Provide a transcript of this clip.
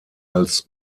als